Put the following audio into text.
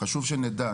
חשוב שנדע,